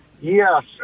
Yes